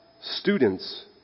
students